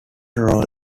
role